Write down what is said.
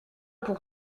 pour